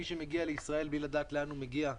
שמי שמגיע לישראל כתייר בלי לדעת לאן הוא מגיע,